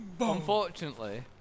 unfortunately